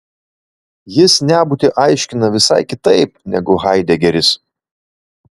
jis nebūtį aiškina visai kitaip negu haidegeris